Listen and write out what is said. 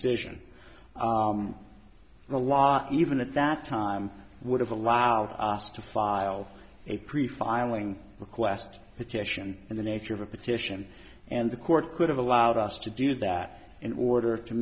decision the law even at that time would have allowed us to file a pre filing request petition in the nature of a petition and the court could have allowed us to do that in order to